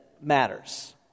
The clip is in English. matters